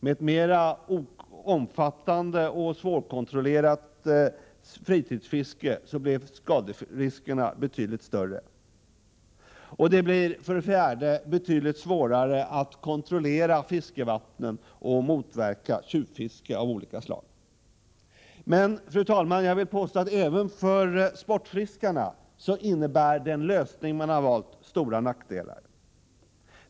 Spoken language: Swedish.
Med ett mera omfattande och svårkontrollerat fritidsfiske blir skaderiskerna betydligt större. Det blir också betydligt svårare att kontrollera fiskevattnen och motverka tjuvfiske av olika slag. Men, fru talman, jag vill påstå att den lösning som man har valt innebär stora nackdelar även för sportfiskarna.